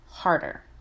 harder